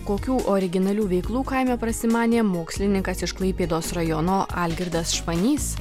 kokių originalių veiklų kaime prasimanė mokslininkas iš klaipėdos rajono algirdas švanys